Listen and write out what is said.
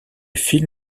film